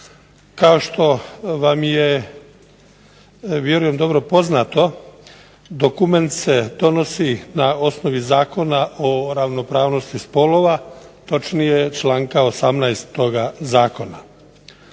Kao što vam je vjerujem dobro poznato dokument se donosi na osnovi zakona o ravnopravnosti spolova, točnije članka 18. toga